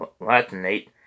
Latinate